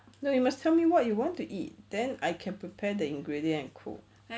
no you must tell me what you want to eat then I can prepare the ingredient and cook